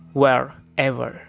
wherever